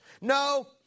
No